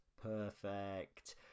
Perfect